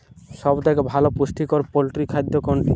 সব থেকে ভালো পুষ্টিকর পোল্ট্রী খাদ্য কোনটি?